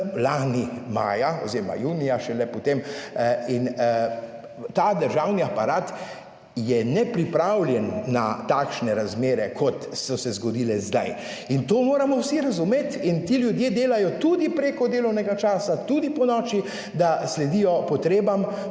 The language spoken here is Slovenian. lani maja oziroma junija šele potem, in ta državni aparat je nepripravljen na takšne razmere, kot so se zgodile zdaj. In to moramo vsi razumeti in ti ljudje delajo tudi preko delovnega časa, tudi ponoči, da sledijo potrebam